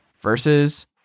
versus